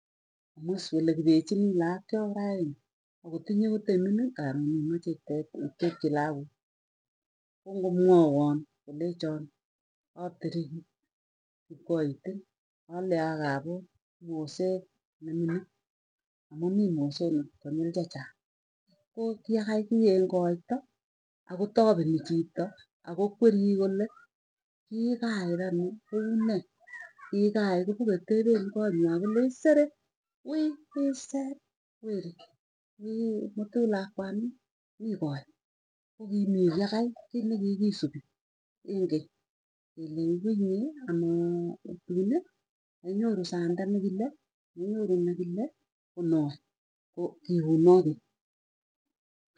Amuaas kele kipechinii laakchok raini akot inye koteimining. Kap neimeche itepi itepchi laakuk koo ngomwawon kolechon, aateriki kipkoitin alei aa kapon moseet nemining amuu mii mosonik konyil chechang. Koo kiakai kii eng koito akotapeni chito, akokwerii kole kiiy kahai raa nii kounee kiiy kaai kopokotepen kotnywai kolei sere wiiy wii seet weri, wii mutu lakwanin mii koee koo kimii kiiy agai kiiy nikikisupi eng keny kele ngwenye anaa tuunii kainyoru sande nekile inyoru nekile konoe, koo kiunoo keny.